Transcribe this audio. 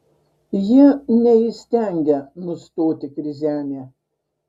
jie neįstengia nustoti krizenę